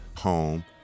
home